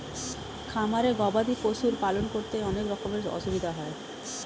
খামারে গবাদি পশুর পালন করতে অনেক রকমের অসুবিধা হয়